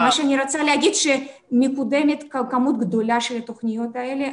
מה שאני רוצה להגיד זה שמקודמת כמות גדולה של התוכניות האלה,